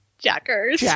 jackers